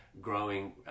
growing